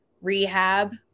rehab